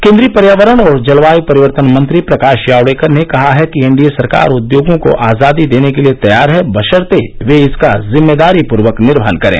केन्द्रीय पर्यावरण और जलवायू परिवर्तन मंत्री प्रकाश जावड़ेकर ने कहा है कि एनडीए सरकार उद्योगों को आजादी देने को तैयार है बशर्ते वे इसका जिम्मेदारी पूर्वक निर्वहन करें